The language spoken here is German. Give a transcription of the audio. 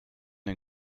den